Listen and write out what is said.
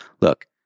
Look